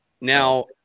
Now